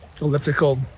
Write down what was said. elliptical